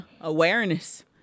Awareness